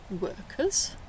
workers